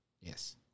Yes